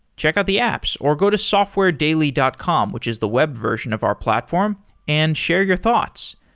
check out the apps or go to softwaredaily dot com, which is the web version of our platform and share your thoughts.